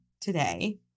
today